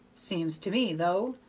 seems to me, though,